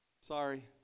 Sorry